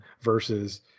versus